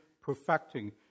perfecting